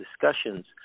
discussions